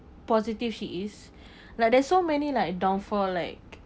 positive she is like there's so many like downfall like